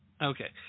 Okay